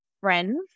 friends